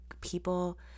people